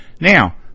Now